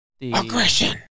aggression